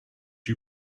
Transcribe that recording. you